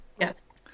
Yes